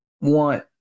want